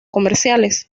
comerciales